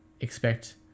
expect